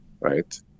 right